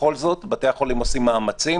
בכל זאת, בתי החולים עושים מאמצים,